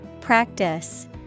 Practice